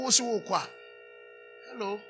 Hello